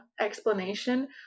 explanation